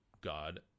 God